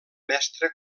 mestra